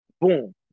Boom